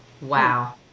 Wow